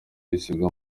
biziba